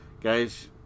guys